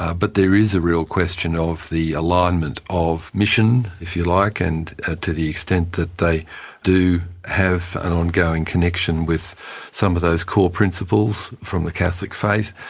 but there is a real question of the alignment of mission, if you like, and to the extent that they do have an ongoing connection with some of those core principles from the catholic faith